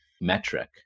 metric